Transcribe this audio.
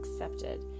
accepted